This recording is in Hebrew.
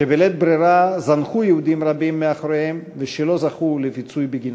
שבלית ברירה זנחו יהודים רבים מאחוריהם ולא זכו לפיצוי בגינו.